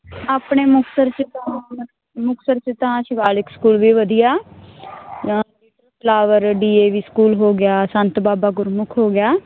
ਆਪਣੇ ਮੁਕਤਸਰ ਚ ਮੁਕਤਸਰ ਚ ਤਾਂ ਸ਼ਿਵਾਲਿਕ ਸਕੂਲ ਵੀ ਵਧੀਆ little flower D A V school ਹੋ ਗਿਆ ਸੰਤ ਬਾਬਾ ਗੁਰਮੁਖ ਹੋ ਗਿਆ